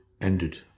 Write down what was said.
ended